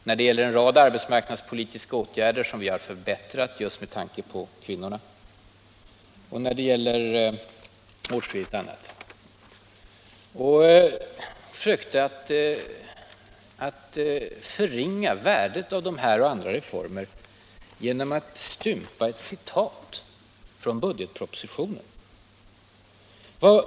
Och om en rad arbetsmarknadspolitiska åtgärder, som vi har förbättrat just med tanke på kvinnorna och när det gäller åtskilligt annat. Hon försökte nästan förringa värdet av de här reformerna och andra genom att stympa ett citat från budgetpropositionen.